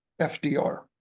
FDR